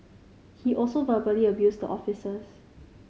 he also verbally abused the officers